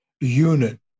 unit